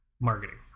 marketing